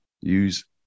use